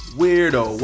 weirdo